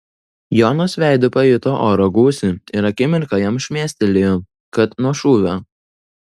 jonas veidu pajuto oro gūsį ir akimirką jam šmėstelėjo kad nuo šūvio